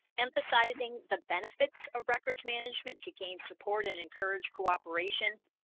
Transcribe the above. emphasizing the benefits of records management to gain support and encourage cooperation,